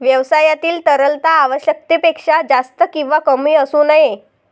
व्यवसायातील तरलता आवश्यकतेपेक्षा जास्त किंवा कमी असू नये